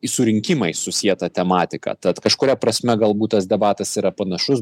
į surinkimais susietą tematiką tad kažkuria prasme galbūt tas debatas yra panašus